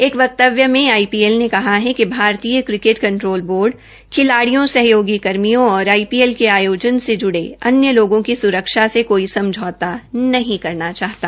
एक वक्तव्य में आईपीएल ने कहा है भारतीय क्रिकेट कंट्रोल बोर्ड खिलाड्रियों सहयोगी कर्मियों और आईपीएल के आयोजन से जुड़े अन्य लोगों की सुरक्षा से कोई समझौता नहीं करना चाहिए